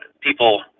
people